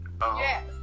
Yes